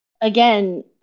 again